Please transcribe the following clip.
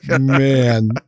man